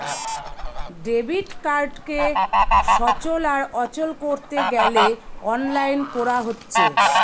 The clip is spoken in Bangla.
ডেবিট কার্ডকে সচল আর অচল কোরতে গ্যালে অনলাইন কোরা হচ্ছে